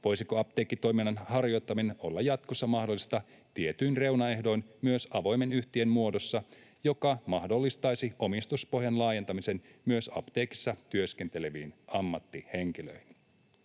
Voisiko apteekkitoiminnan harjoittaminen olla jatkossa mahdollista tietyin reunaehdoin myös avoimen yhtiön muodossa, joka mahdollistaisi omistuspohjan laajentamisen myös apteekissa työskenteleviin ammattihenkilöihin?